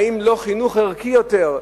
האם לא חינוך ערכי יותר,